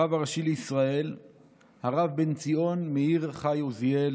הרב הראשי לישראל הרב בן-ציון מאיר חי עוזיאל,